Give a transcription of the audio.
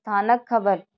ਸਥਾਨਕ ਖਬਰ